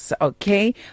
Okay